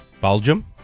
Belgium